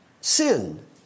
Sin